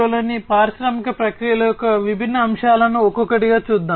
0 లోని పారిశ్రామిక ప్రక్రియల యొక్క విభిన్న అంశాలను ఒక్కొక్కటిగా చూద్దాం